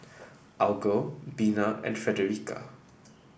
Algot Bina and Fredericka